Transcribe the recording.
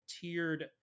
tiered